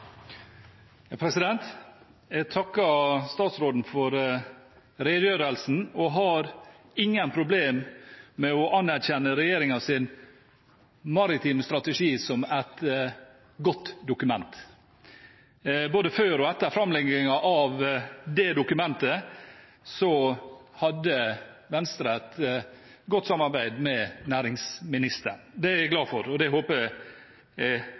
Jeg takker statsråden for redegjørelsen og har ingen problem med å anerkjenne regjeringens maritime strategi som et godt dokument. Både før og etter framleggingen av det dokumentet hadde Venstre et godt samarbeid med næringsministeren. Det er jeg glad for, og det håper jeg kan fortsette. Jeg